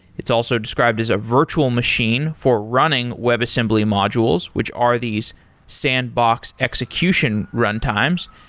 it's also described as a virtual machine for running webassembly modules, which are these sandbox execution runtimes.